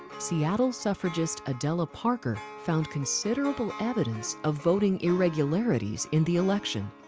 seattle suffragist adella parker found considerable evidence of voting irregularities in the election.